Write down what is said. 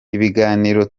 ibiganiro